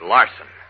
Larson